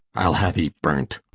i'll have thee burn'd.